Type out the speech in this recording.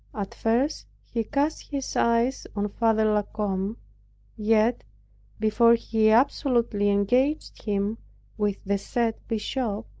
at first he cast his eyes on father la combe yet before he absolutely engaged him with the said bishop,